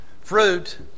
Fruit